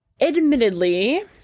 admittedly